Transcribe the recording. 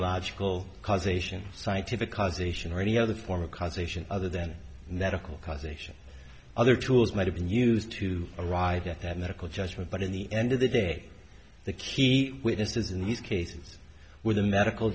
illogical causation scientific causation or any other form of causation other than medical causation other tools might have been used to arrive at that medical judgment but in the end of the day the key witnesses in these cases where the medical